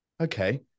okay